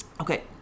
Okay